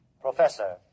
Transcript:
Professor